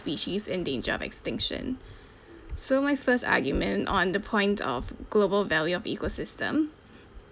which is in danger of extinction so my first argument on the point of global value of ecosystem